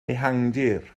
ehangdir